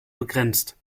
begrenzt